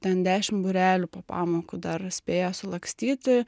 ten dešimt būrelių po pamokų dar spėja sulakstyti